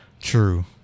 True